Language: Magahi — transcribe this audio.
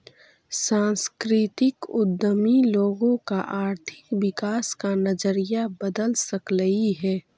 सांस्कृतिक उद्यमी लोगों का आर्थिक विकास का नजरिया बदल सकलई हे